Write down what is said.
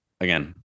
again